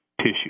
tissue